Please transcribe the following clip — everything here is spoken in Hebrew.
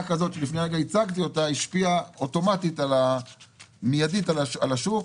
שלפני רגע הצגתי השפיעה אוטומטית ומידית על השוק.